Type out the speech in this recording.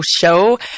Show